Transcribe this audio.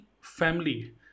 family